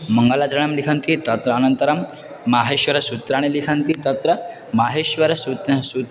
मङ्गलाचरणं लिखन्ति तत्र अनन्तरं माहेश्वरसूत्राणि लिखन्ति तत्र माहेश्वरसूत्रं सूत्रम्